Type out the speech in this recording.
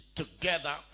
together